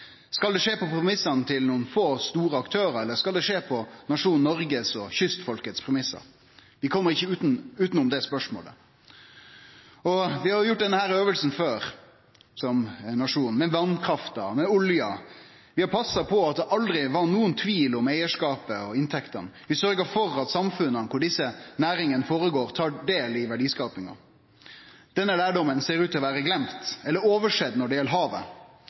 Skal det skje på premissane til nokre få, store aktørar, eller skal det skje på nasjonen Noreg og kystfolket sine premissar? Vi kjem ikkje utanom det spørsmålet. Vi har gjort denne øvinga før som nasjon – med vasskrafta, med olja. Vi har passa på at det aldri var nokon tvil om eigarskapen og inntektene. Vi sørgde for at samfunna der desse næringane går føre seg, tar del i verdiskapinga. Denne lærdomen ser ut til å vere gløymd eller oversett når det gjeld havet,